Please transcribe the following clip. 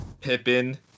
Pippin